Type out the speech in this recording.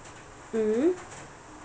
mmhmm